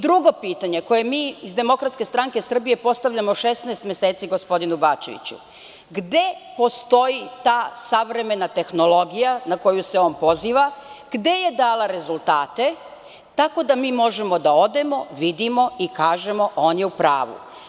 Drugo pitanje, koje mi iz DSS postavljamo 16 meseci gospodinu Bačeviću – gde postoji ta savremena tehnologija na koju se on poziva, gde je dala rezultate, tako da mi možemo da odemo, vidimo i kažemo – on je u pravu?